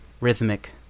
rhythmic